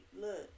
look